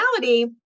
reality